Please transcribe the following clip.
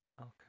Okay